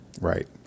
Right